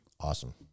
awesome